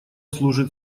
служит